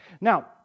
Now